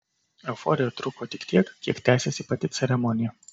euforija truko tik tiek kiek tęsėsi pati ceremonija